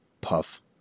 puff